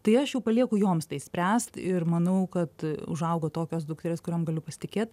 tai aš jau palieku joms tai spręst ir manau kad užaugo tokios dukterys kuriom galiu pasitikėt